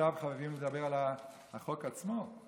עכשיו חייבים לדבר על החוק עצמו,